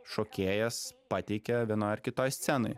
šokėjas pateikia vienoje ar kitoje scenoje